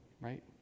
right